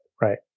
right